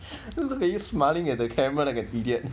look at you smiling at the camera like an idiot